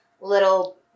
little